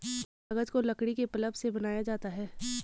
कागज को लकड़ी के पल्प से बनाया जाता है